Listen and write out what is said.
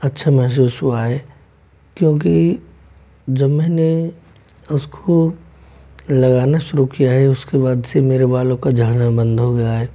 अच्छा महसूस हुआ है क्योंकि जब मैंने उसको लगाना शुरू किया है उसके बाद से मेरे बालों का झड़ना बंद हो गया है